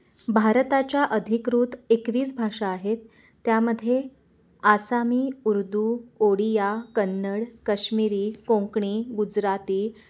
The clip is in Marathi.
भारताच्या अधिकृत एकवीस भाषा आहेत त्यामध्ये आसामी उर्दू ओडिया कन्नड कश्मिरी कोंकणी गुजराती